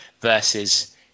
versus